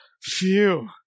phew